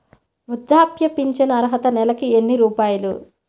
వృద్ధాప్య ఫింఛను అర్హత నెలకి ఎన్ని రూపాయలు?